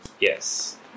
Yes